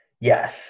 Yes